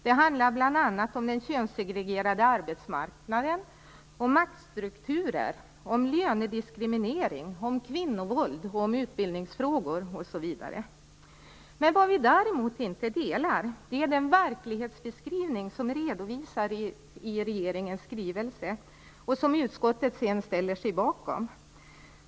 Det handlar om den könssegregerade arbetsmarknaden, om maktstrukturer, om lönediskriminering, om kvinnovåld, om utbildningsfrågor osv. Vad vi däremot inte delar är den verklighetsbeskrivning som är redovisad i regeringens skrivelse och som utskottet ställer sig bakom.